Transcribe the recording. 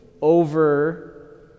over